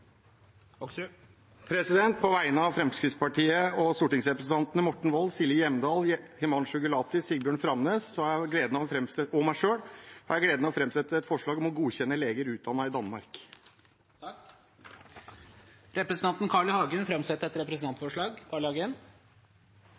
På vegne av Fremskrittspartiet og stortingsrepresentantene Morten Wold, Silje Hjemdal, Himanshu Gulati, Sigbjørn Framnes og meg selv har jeg gleden av å framsette et forslag om å godkjenne leger utdannet i Danmark. Representanten Carl I. Hagen vil framsette et